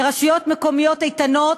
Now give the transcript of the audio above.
לרשויות מקומיות איתנות,